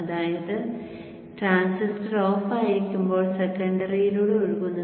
അതായത് ട്രാൻസിസ്റ്റർ ഓഫായിരിക്കുമ്പോൾ സെക്കൻഡറിയിലൂടെ ഒഴുകുന്നത്